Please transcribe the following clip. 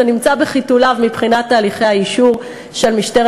זה נמצא בחיתוליו מבחינת תהליכי האישור של משטרת